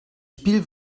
spiel